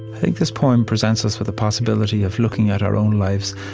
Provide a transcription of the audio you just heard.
think this poem presents us with the possibility of looking at our own lives,